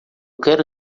quero